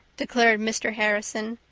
declared mr. harrison,